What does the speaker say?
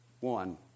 One